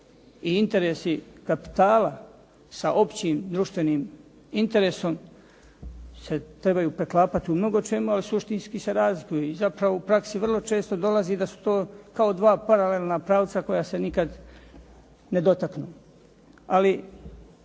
i interesi kapitala sa općim društvenim interesom se trebaju preklapati u mnogočemu, ali suštinski se razlikuju i zapravo u praksi vrlo često dolazi da su to kao 2 paralelna pravca koja se nikad ne dotaknu.